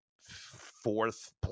fourth